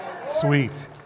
Sweet